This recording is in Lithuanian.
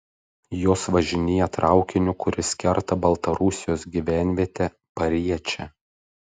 jos važinėja traukiniu kuris kerta baltarusijos gyvenvietę pariečę